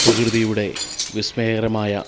പ്രകൃതിയുടെ വിസ്മയകരമായ